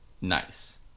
nice